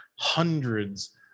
hundreds